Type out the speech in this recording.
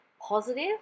positive